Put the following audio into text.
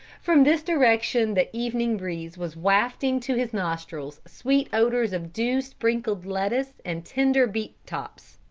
from this direction the evening breeze was wafting to his nostrils sweet odors of dew-sprinkled lettuce and tender beet tops.